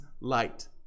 light